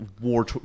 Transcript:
war